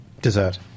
Dessert